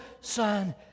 Son